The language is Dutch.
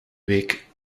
week